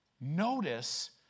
Notice